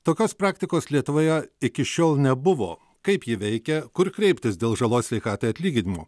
tokios praktikos lietuvoje iki šiol nebuvo kaip ji veikia kur kreiptis dėl žalos sveikatai atlyginimo